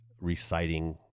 reciting